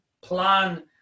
plan